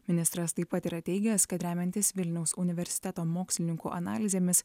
ministras taip pat yra teigęs kad remiantis vilniaus universiteto mokslininkų analizėmis